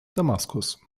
damaskus